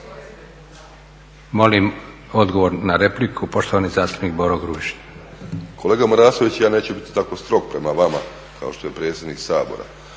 Molim odgovor na repliku, poštovani zastupnik Boro Grubišić. **Grubišić, Boro (HDSSB)** Kolega Marasović, ja neću biti tako strog prema vama kao što je predsjednik Sabora,